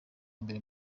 mbere